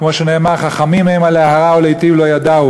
כמו שנאמר: "חכמים המה להרע ולהיטיב לא ידעו".